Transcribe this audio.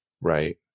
Right